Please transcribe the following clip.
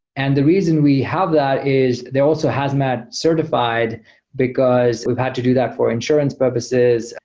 and the reason we have that is they also hazmat certified because we've had to do that for insurance purposes,